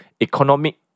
economic